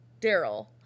Daryl